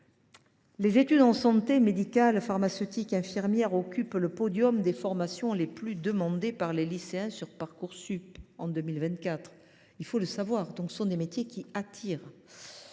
Les études en santé – médecine, pharmacie et formation en soins infirmiers – occupent le podium des formations les plus demandées par les lycéens sur Parcoursup en 2024. Il faut le souligner, ce sont des métiers qui attirent.